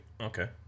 okay